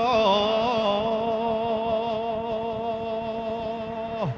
oh